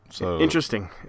Interesting